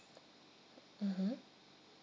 mmhmm